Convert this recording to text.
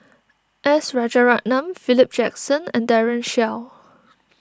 S Rajaratnam Philip Jackson and Daren Shiau